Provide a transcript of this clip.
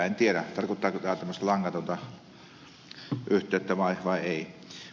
en tiedä tarkoittaako tämä tämmöistä langatonta yhteyttä vai ei